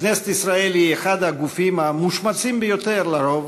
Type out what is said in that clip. כנסת ישראל היא אחד הגופים המושמצים ביותר, לרוב